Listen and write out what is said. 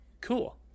Cool